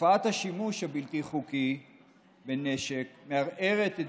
תופעת השימוש הבלתי-חוקי בנשק מערערת את